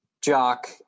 Jock